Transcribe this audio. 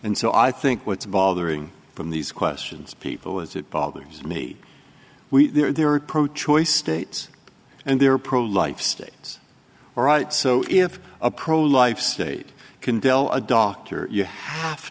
and so i think what's bothering from these questions people is it bothers me there are pro choice states and there are pro life states all right so if a pro life state condell a doctor you have